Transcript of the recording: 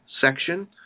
section